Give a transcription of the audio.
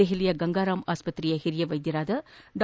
ದೆಹಲಿಯ ಗಂಗಾರಾಮ್ ಆಸ್ಪತ್ತೆಯ ಹಿರಿಯ ವೈದ್ಯ ಡಾ